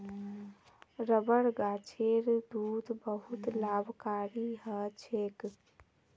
rubber गाछेर दूध बहुत लाभकारी ह छेक